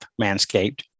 Manscaped